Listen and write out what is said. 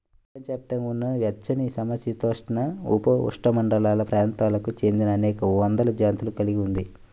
ప్రపంచవ్యాప్తంగా ఉన్న వెచ్చనిసమశీతోష్ణ, ఉపఉష్ణమండల ప్రాంతాలకు చెందినఅనేక వందల జాతులను కలిగి ఉంది